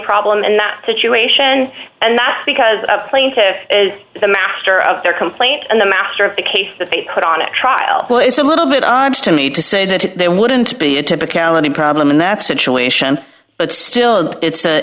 problem in that situation and because a plane is the master of their complaint and the master of the case that they put on a trial well it's a little bit to me to say that there wouldn't be a typical any problem in that situation but still it's